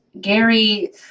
Gary